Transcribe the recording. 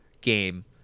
game